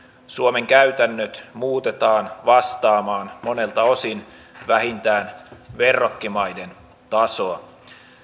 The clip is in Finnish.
suomen käytännöt muutetaan vastaamaan monelta osin vähintään verrokkimaiden tasoa